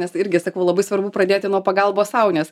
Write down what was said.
nes irgi sakau labai svarbu pradėti nuo pagalbos sau nes